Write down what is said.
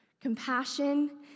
Compassion